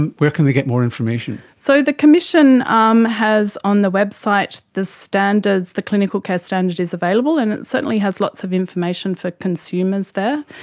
and where can they get more information? so the commission um has on the website the website, the clinical care standard is available, and it certainly has lots of information for consumers there.